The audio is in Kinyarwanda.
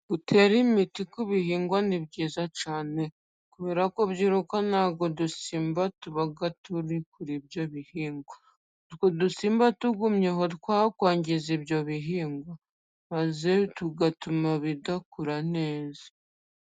Gutera imiti ku bihingwa ni byiza cyane, kubera ko byirukana udusimba tuba turi kuri ibyo bihingwa. Utwo dusimba tugumyeho twakwangiza ibyo bihingwa, maze tugatuma bidakura neza.